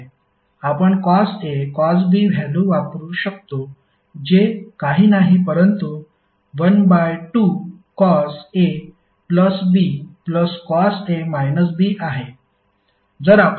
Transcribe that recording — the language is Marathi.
आपण cos A cos B value वापरू शकतो जे काही नाही परंतु 1 by 2 cos A plus B plus cos A minus B आहे